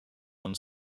one